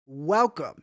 Welcome